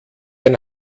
ein